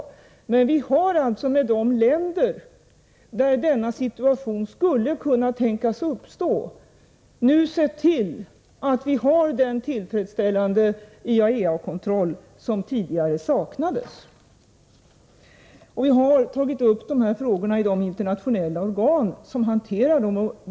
Vi har alltså sett till att vi — när det gäller de länder där denna situation skulle kunna tänkas uppstå — har tillfredsställande IAEA-kontroll, som tidigare saknades. Vi har tagit upp de här frågorna i de internationella organ som hanterar dem.